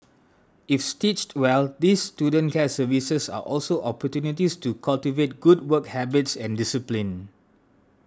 if stitched well these student care services are also opportunities to cultivate good work habits and discipline